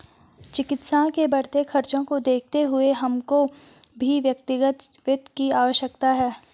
चिकित्सा के बढ़ते खर्चों को देखते हुए हमको भी व्यक्तिगत वित्त की आवश्यकता है